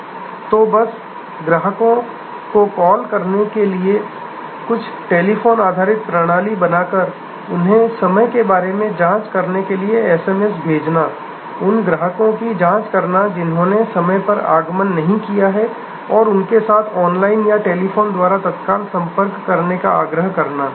संदर्भ समय 1507 तो बस ग्राहकों को कॉल करने की कुछ टेलीफोन आधारित प्रणाली बनाकर उन्हें समय के बारे में जांच करने के लिए एसएमएस भेजना उन ग्राहकों की जांच करना जिन्होंने समय पर आगमन नहीं किया है और उनके साथ ऑनलाइन अथवा टेलीफोन द्वारा तत्काल संपर्क करने का आग्रह करना